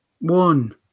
one